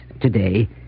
today